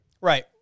Right